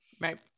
Right